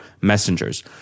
messengers